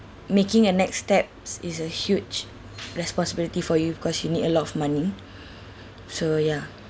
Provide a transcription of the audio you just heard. making a next steps is a huge responsibility for you because you need a lot of money so ya